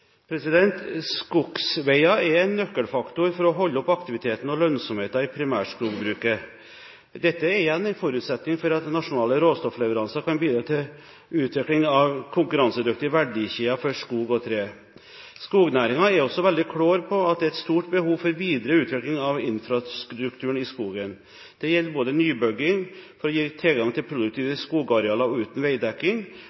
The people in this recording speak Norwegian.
er en nøkkelfaktor for å holde oppe aktiviteten og lønnsomheten i primærskogbruket. Dette er igjen en forutsetning for at nasjonale råstoffleveranser kan bidra til utvikling av konkurransedyktige verdikjeder for skog og tre. Skognæringen er også veldig klar på at det er et stort behov for videre utvikling av infrastrukturen i skogen. Dette gjelder både nybygging for å gi tilgang til